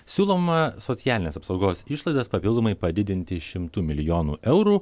siūloma socialinės apsaugos išlaidas papildomai padidinti šimtu milijonų eurų